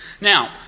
Now